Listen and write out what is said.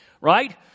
Right